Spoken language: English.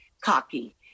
cocky